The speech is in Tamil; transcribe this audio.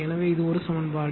எனவே இது ஒரு சமன்பாடு